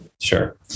Sure